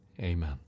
Amen